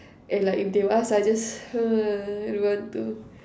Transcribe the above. and like if they ask ah I just !hais! what to do